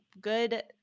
good